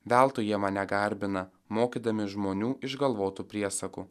veltui jie mane garbina mokydami žmonių išgalvotų priesakų